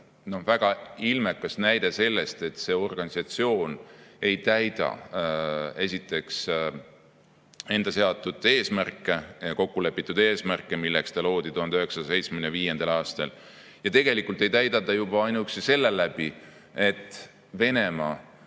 väga ilmekas näide sellest, et see organisatsioon ei täida enda seatud eesmärke ja kokkulepitud eesmärke, milleks ta loodi 1975. aastal, ja tegelikult ei täida ta neid juba ainuüksi selle tõttu, et Venemaa